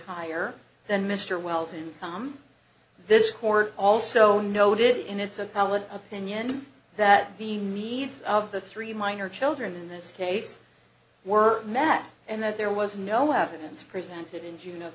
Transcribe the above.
higher than mr wells and from this court also noted in its of public opinion that the needs of the three minor children in this case were met and that there was no evidence presented in june of